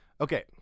Okay